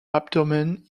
abdomen